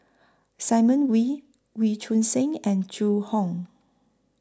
Simon Wee Wee Choon Seng and Zhu Hong